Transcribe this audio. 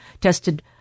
tested